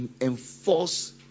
enforce